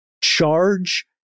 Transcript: charge